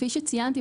כפי שציינתי,